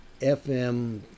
FM